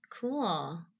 Cool